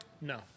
No